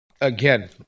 Again